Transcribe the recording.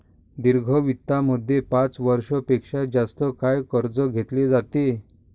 दीर्घ वित्तामध्ये पाच वर्षां पेक्षा जास्त काळ कर्ज घेतले जाते